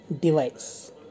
device